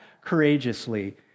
courageously